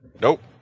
Nope